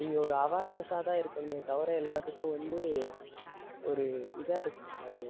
நீங்கள் ஒரு அவேர்னஸ்ஸாக தான் இருக்கணுமே தவிர எல்லாத்துக்கும் வந்து ஒரு இதாக இருக்கக்கூடாது